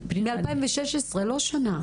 זה מ-2016, לא שנה.